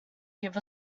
gives